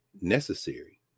necessary